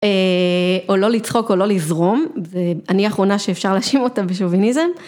או לא לצחוק או לא לזרום, ואני האחרונה שאפשר להשים אותה בשוביניזם.